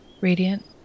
radiant